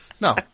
No